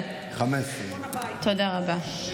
15. תודה רבה.